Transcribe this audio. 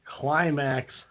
Climax